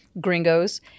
gringos